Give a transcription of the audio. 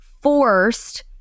forced